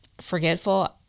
forgetful